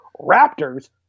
Raptors